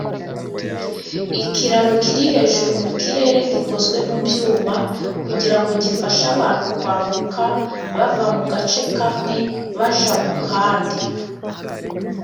Ikiraro kiri hejuru mu kirere gikozwe mu byuma, kugirango gifashe abantu kwambuka, bava mu gace kamwe baja mu kandi.